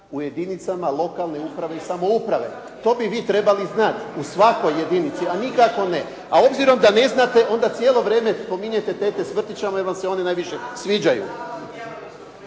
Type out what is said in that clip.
u jedinicama lokalne uprave i samouprave. To bi vi trebali znati. U svakoj jedinici, a nikako ne. A obzirom da ne znate, onda cijelo vrijeme spominjete tete iz vrtića, jer vam se one najviše sviđaju.